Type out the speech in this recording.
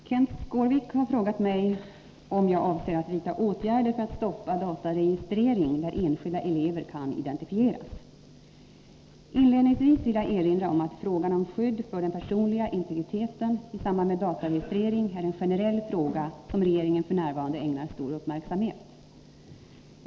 Herr talman! Kenth Skårvik har frågat mig om jag avser att vidta åtgärder för att stoppa dataregistrering, där enskilda elever kan identifieras. Inledningsvis vill jag erinra om att frågan om skydd för den personliga integriteten i samband med dataregistrering är en generell fråga som regeringen f. n. ägnar stor uppmärksamhet.